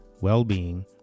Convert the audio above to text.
well-being